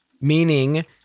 meaning